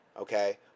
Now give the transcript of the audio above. okay